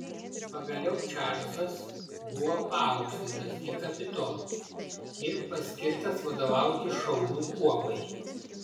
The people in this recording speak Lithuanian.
pagaliau čarlzas buvo paaukštintas į kapitonus ir paskirtas vadovauti šaulių kuopai